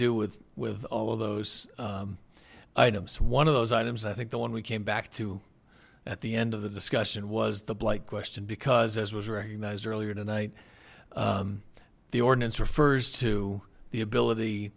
do with with all of those items one of those items i think the one we came back to at the end of the discussion was the blight question because as was recognized earlier tonight the ordinance refers to the ability